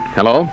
Hello